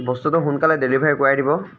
বস্তুটো সোনকালে ডেলিভাৰী কৰাই দিব